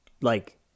like-